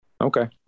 Okay